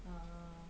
err